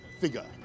figure